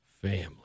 family